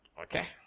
Okay